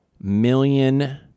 million